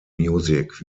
music